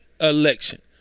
election